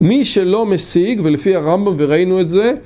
מי שלא משיג ולפי הרמב״ם וראינו את זה